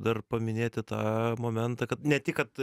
dar paminėti tą momentą kad ne tik kad